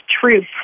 truth